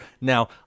Now